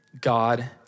God